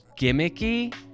gimmicky